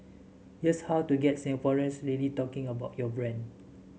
here's how to get Singaporeans really talking about your brand